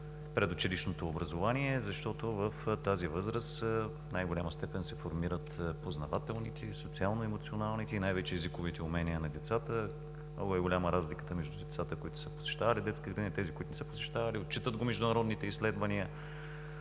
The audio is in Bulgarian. предучилищното образование? Защото в тази възраст в най-голяма степен се формират познавателните, социално-емоционалните и най-вече езиковите умения на децата. Много е голяма разликата между децата, които са посещавали детски градини, и тези, които не са посещавали. Отчитат го международните изследвания.